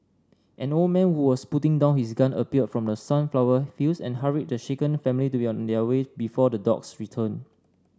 an old man who was putting down his gun appeared from the sunflower fields and hurried the shaken family to be on their way before the dogs return